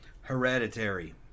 Hereditary